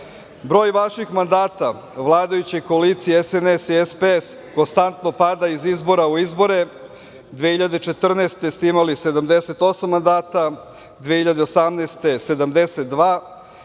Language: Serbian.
vaših mandata vladajuće koalicije SNS i SPS konstantno pada iz izbora u izbore. Godine 2014. ste imali 78 mandata, 2018.